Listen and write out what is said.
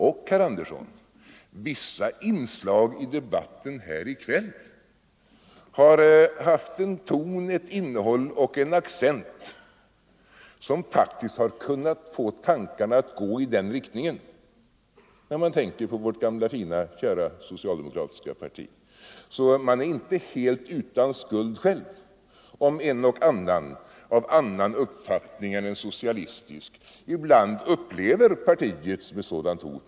Och, herr Sten Andersson, vissa inslag i debatten här i kväll har haft en ton, ett innehåll och en accent som verkligen har kunnat få tankarna att gå i den riktningen när vi tänker på vårt gamla, fina, kära socialdemokratiska parti — så man är inte helt utan skuld själv, om en och annan av annan uppfattning än en socialistisk ibland upplever partiet som ett sådant hot.